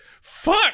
fuck